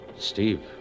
Steve